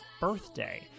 birthday